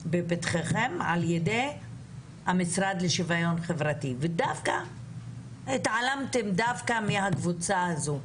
לפתחכם על-ידי המשרד לשוויון חברתי והתעלמתם דווקא מהקבוצה הזאת.